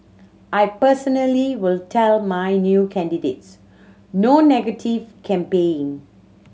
I personally will tell my new candidates no negative campaigning